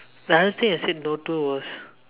the hardest thing I said no to was